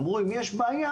אמרו: אם יש בעיה